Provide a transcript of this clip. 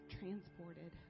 transported